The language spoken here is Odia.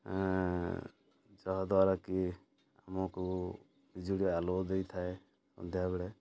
ଯାହାଦ୍ୱାରା କି ଆମକୁ ବିଜୁଳି ଆଲୁଅ ଦେଇଥାଏ ସନ୍ଧ୍ୟାବେଳେ